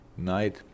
Night